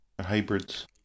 hybrids